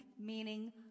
meaning